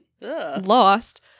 lost